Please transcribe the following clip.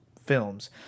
films